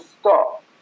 stop